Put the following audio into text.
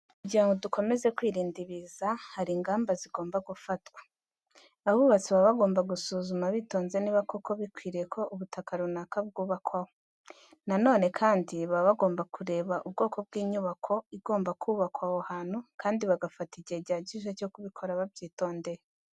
Kugira ngo dukomeze kwirinda ibiza, hari ingamba zigomba gufatwa. Abubatsi baba bagomba gusuzuma bitonze niba koko bikwiriye ko ubutaka runaka bw'ubakwaho. Na none kandi, baba bagomba kureba ubwoko bw'inyubako igomba kubakwa aho hantu kandi bagafata igihe gihagije cyo kubikora babyitondeye.